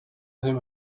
him